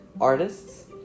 artists